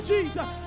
Jesus